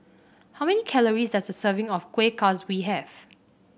how many calories does a serving of Kueh Kaswi have